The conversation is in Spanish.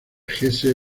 hesse